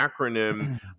acronym